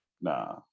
Nah